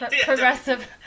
progressive